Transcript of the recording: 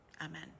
amen